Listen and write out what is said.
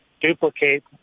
duplicate